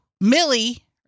Millie